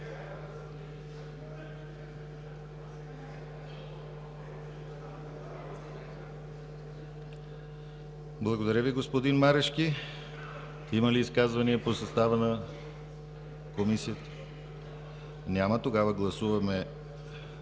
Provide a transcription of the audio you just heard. Благодаря Ви, господин Марешки. Има ли изказвания по състава на Комисията? Няма. Тогава гласуваме